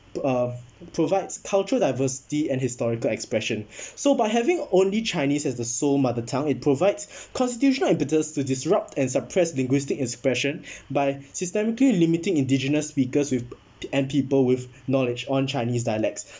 uh provides cultural diversity and historical expression so by having only chinese as the sole mother tongue it provides constitutional impetus to disrupt and suppress linguistic and suppression by systematically limiting indigenous speakers with and people with knowledge on chinese dialects